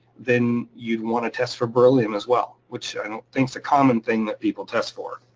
then you'd wanna test for beryllium as well, which i don't think's a common thing that people test for.